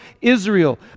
Israel